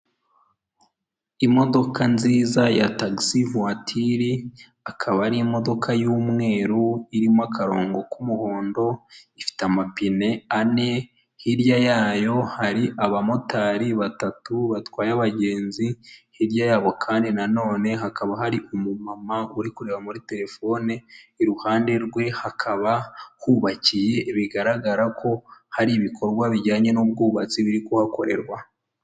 Imodoka nziza ya tagisi vuwatire akaba ari imodoka y'umweru irimo akarongo k'umuhondo, ifite amapine ane, hirya yayo hari abamotari batatu batwaye abagenzi hirya yabo kandi nan nonene hakaba hari umumama uri kureba muri telefone, iruhande rwe hakaba hubakiye bigaragara ko hari ibikorwa bijyanye n'ubwubatsi biri kuhakorerwa.